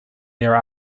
there